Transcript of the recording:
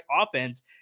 offense